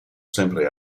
sempre